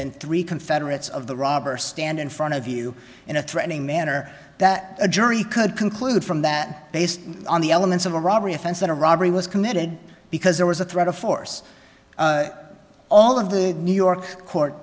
then three confederates of the robber stand in front of you in a threatening manner that a jury could conclude from that based on the elements of a robbery offense than a robbery was committed because there was a threat of force all of the new york court